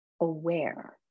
aware